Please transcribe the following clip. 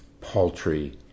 paltry